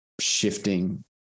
shifting